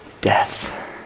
death